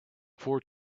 four